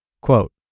Quote